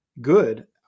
good